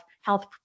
health